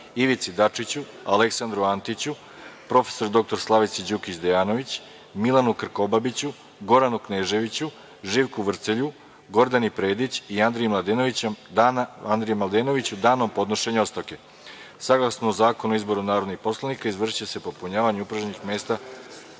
Ivici Dačiću, Aleksandru Antiću, prof. dr Slavici Đukić Dejanović, Milanu Krkobabiću, Goranu Kneževiću, Živku Vrcelju, Gordani Predeć i Andreju Mladenoviću danom podnošenja ostavke. Saglasno Zakonu o izboru narodnih poslanika, izvršiće se popunjavanje upražnjenih